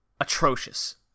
atrocious